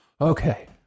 Okay